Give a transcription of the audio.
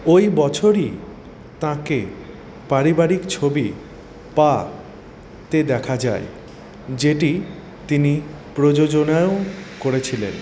ঐ বছরই তাঁকে পারিবারিক ছবি পাতে দেখা যায় যেটি তিনি প্রযোজনাও করেছিলেন